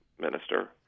minister